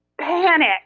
panic